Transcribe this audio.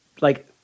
like-